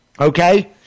Okay